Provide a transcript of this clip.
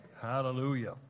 hallelujah